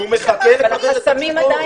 כי הוא מחכה לקבל את המקור.